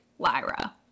lyra